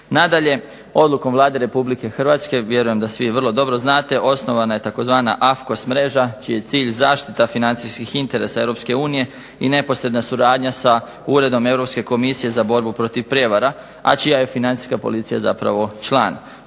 Nadalje, odlukom Vlade Republike Hrvatske vjerujem da svi dobro znate, osnovana je tzv. AFKOS mreža čiji je cilj zaštita financijskih interesa Europske unije i neposredna suradnja sa Uredom Europske komisije za borbu protiv prijevara, a čija je Financijska policija član.